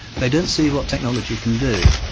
they don't see what technology can do.